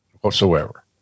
whatsoever